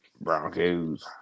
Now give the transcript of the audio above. Broncos